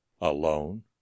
alone